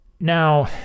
Now